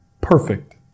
perfect